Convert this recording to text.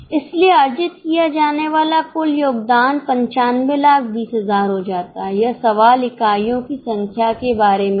इसलिए अर्जित किया जाने वाला कुल योगदान 9520000 हो जाता है यह सवाल इकाइयों की संख्या के बारे में था